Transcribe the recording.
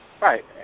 Right